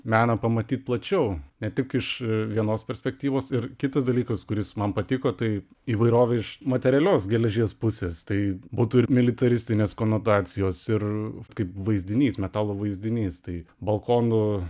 meną pamatyt plačiau ne tik iš vienos perspektyvos ir kitas dalykas kuris man patiko tai įvairovė iš materialios geležies pusės tai būtų ir militaristinės konotacijos ir kaip vaizdinys metalo vaizdinys tai balkonų